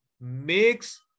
makes